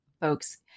folks